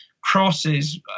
crosses